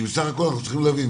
כי אנחנו צריכים להבין,